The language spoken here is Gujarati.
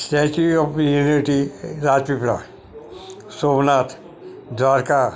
statue of unity Rajpipla Somnath Dwarka